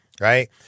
right